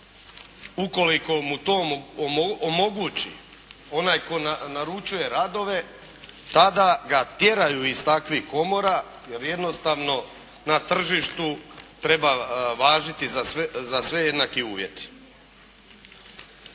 ukoliko mu to omogući onaj tko naručuje radove tada ga tjeraju iz takvih komora jer jednostavno na tržištu treba važiti za sve jednaki uvjeti.